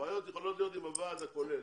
הבעיות יכולות להיות עם הוועד הכולל,